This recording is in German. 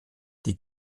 die